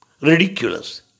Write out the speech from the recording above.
Ridiculous